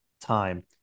time